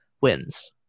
wins